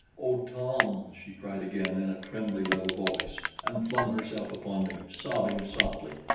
oh, tom! she cried again in a trembly little voice and flung herself upon me, sobbing softly.